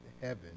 heaven